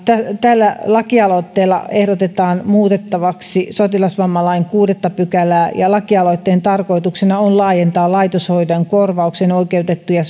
tällä lakialoitteella ehdotetaan muutettavaksi sotilasvammalain kuudetta pykälää ja lakialoitteen tarkoituksena on laajentaa laitoshoidon korvaukseen oikeutettujen